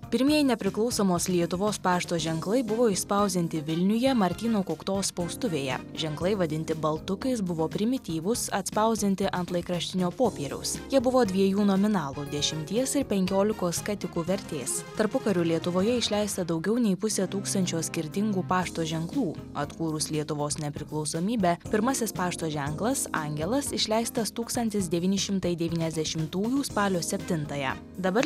pirmieji nepriklausomos lietuvos pašto ženklai buvo išspausdinti vilniuje martyno kuktos spaustuvėje ženklai vadinti baltukais buvo primityvūs atspausdinti ant laikraštinio popieriaus jie buvo dviejų nominalų dešimties ir penkiolikos skatikų vertės tarpukario lietuvoje išleista daugiau nei pusė tūkstančio skirtingų pašto ženklų atkūrus lietuvos nepriklausomybę pirmasis pašto ženklas angelas išleistas tūkstantis devyni šimtai devyniasdešimųjų spalio septintąją dabar